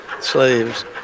slaves